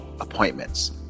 appointments